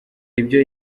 ibyo